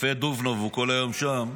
קפה דובנוב, הוא כל היום שם.